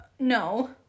No